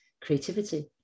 creativity